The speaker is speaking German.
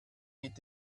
mit